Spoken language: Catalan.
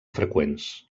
freqüents